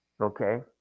Okay